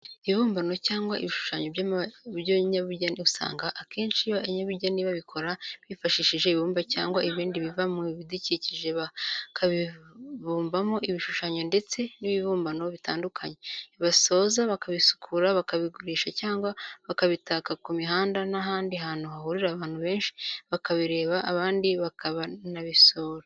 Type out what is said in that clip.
Ibibumbano cyangwa ibishushanyo by'abanyabugeni usanga akenshi abanyabugeni babikora bifashishije ibumba cyangwa ibindi biva mu bidukikije bakabumbamo ibishushanyo ndetse n'ibibumbano bitandukanye, basoza bakabisukura bakabigurisha cyangwa bakabitaka ku mihanda n'ahandi hantu hahurira abantu benshi bakabireba abandi bakanabisura.